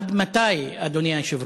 עד מתי, אדוני היושב-ראש?